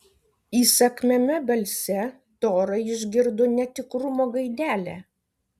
įsakmiame balse tora išgirdo netikrumo gaidelę